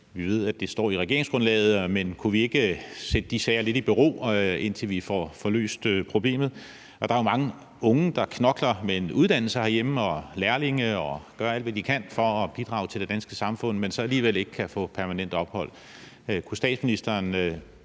Vi ved, at det står i regeringsgrundlaget, men kunne vi ikke sætte de sager lidt i bero, indtil vi får løst problemet? Og der er jo mange unge, der knokler med en uddannelse herhjemme, også lærlinge, og som gør alt, hvad de kan for at bidrage til det danske samfund, men som så alligevel ikke kan få permanent ophold. Kunne statsministeren